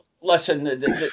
listen